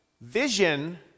Vision